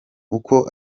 uko